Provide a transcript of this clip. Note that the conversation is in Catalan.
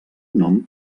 nom